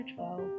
12